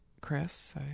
Chris